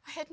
had